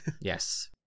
yes